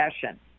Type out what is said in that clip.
session